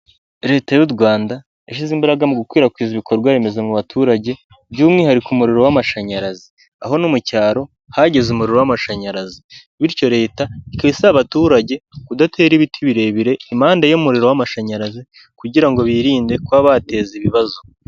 Leta y'u Rwanda yashyize imbaraga mu gukwirakwiza ibikorwaremezo mu baturage by'umwihariko umuriro w'amashanyarazi, aho no mu cyaro hagize umuriro w'amashanyarazi, bityo Leta ikaba isaba abaturage kudatera ibiti birebire impande y'umuriro w'amashanyarazi, kugira ngo birinde kuba bateza ibibazo.